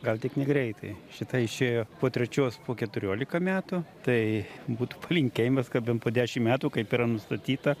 gal tik negreitai šita išėjo po trečios po keturiolika metų tai būtų palinkėjimas kad bent po dešimt metų kaip yra nustatyta